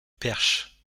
perche